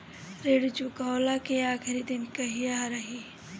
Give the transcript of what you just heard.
ऋण चुकव्ला के आखिरी दिन कहिया रही?